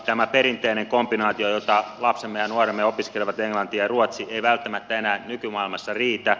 tämä perinteinen kombinaatio jota lapsemme ja nuoremme opiskelevat englanti ja ruotsi ei välttämättä enää nykymaailmassa riitä